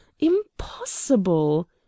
Impossible